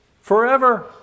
forever